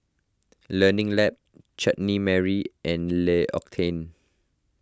Learning Lab Chutney Mary and L'Occitane